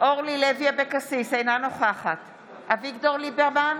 אינה נוכחת אביגדור ליברמן,